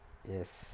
yes